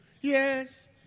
Yes